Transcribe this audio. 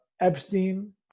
Epstein